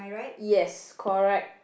yes correct